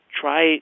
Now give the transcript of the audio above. Try